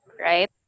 Right